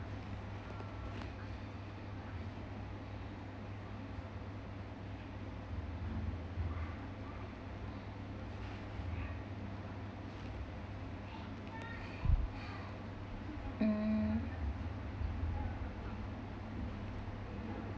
mm